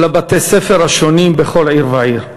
לבתי-ספר השונים בכל עיר ועיר.